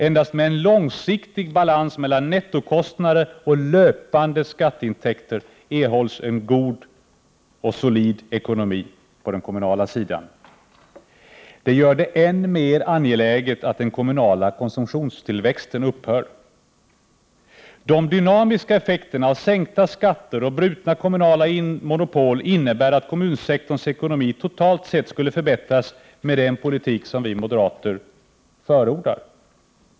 Endast med en långsiktig balans mellan nettokostnader och löpande skatteintäkter erhålls en god och solid ekonomi på den kommunala sidan. Detta gör det än mer angeläget att den kommunala konsumtionstillväxten upphör. De dynamiska effekterna av sänkta skatter och brutna kommunala monopol innebär att kommunsektorns ekonomi totalt sett skulle förbättras med den politik som vi moderater förordar.